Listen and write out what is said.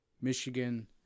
Michigan